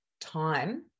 time